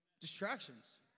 distractions